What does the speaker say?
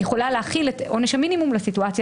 היא יכולה להחיל את עונש המינימום לסיטואציה